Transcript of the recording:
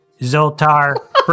Zoltar